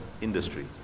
industry